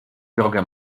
drogę